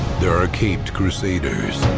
there are caped crusaders